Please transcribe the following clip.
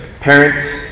Parents